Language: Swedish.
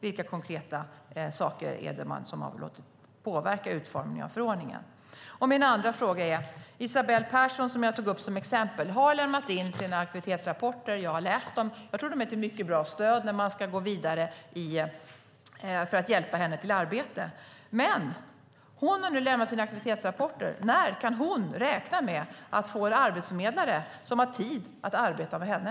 Vilka konkreta saker har man låtit påverka utformningen av förordningen? Min andra fråga gäller Isabell Persson som jag tog upp som exempel. Hon har lämnat in sina aktivitetsrapporter, och jag har läst dem. Jag tror att de är ett mycket bra stöd när man ska gå vidare för att hjälpa henne till arbete. Hon har nu lämnat sina aktivitetsrapporter. När kan hon räkna med att få en arbetsförmedlare som har tid att arbeta med henne?